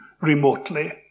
remotely